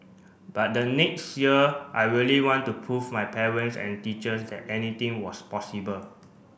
but the next year I really want to prove my parents and teachers that anything was possible